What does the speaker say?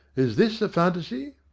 is this a fantaisie?